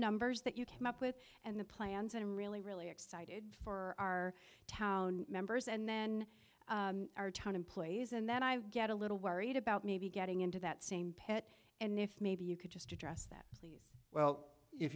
numbers that you come up with and the plans and i'm really really excited for our town members and then our town employees and then i get a little worried about maybe getting into that same pet and if maybe you could just address that